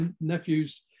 nephew's